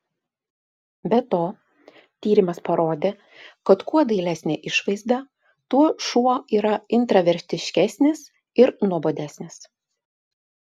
be to tyrimas parodė kad kuo dailesnė išvaizda tuo šuo yra intravertiškesnis ir nuobodesnis